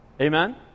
Amen